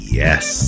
yes